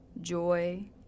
joy